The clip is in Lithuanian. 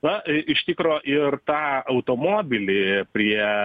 va iš tikro ir tą automobilį prie